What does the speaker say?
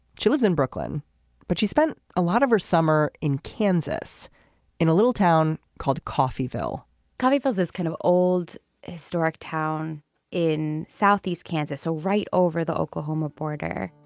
she lives in brooklyn but she spent a lot of her summer in kansas in a little town called coffeyville us is is kind of old historic town in southeast kansas a right over the oklahoma border